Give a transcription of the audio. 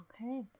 Okay